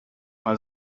mal